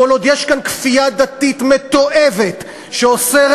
כל עוד יש כאן כפייה דתית מתועבת שאוסרת